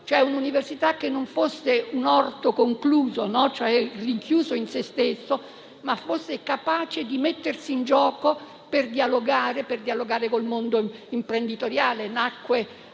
un'università che non fosse un *hortus conclusus*, rinchiusa in se stessa, ma fosse capace di mettersi in gioco per dialogare, anche con il mondo imprenditoriale.